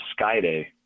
Skyday